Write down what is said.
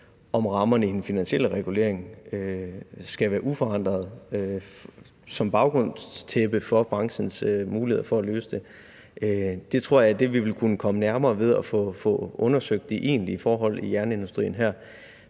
om rammerne i den finansielle regulering skal være uforandrede som baggrundstæppe for branchens muligheder for at løse det. Det tror jeg vi ville kunne komme nærmere ved at få undersøgt de egentlige forhold i jernindustrien her.